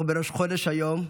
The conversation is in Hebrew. אנחנו בראש חודש היום.